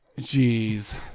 Jeez